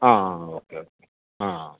ആഹ് okay okay ആഹ്